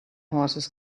horses